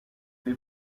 les